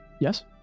yes